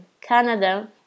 Canada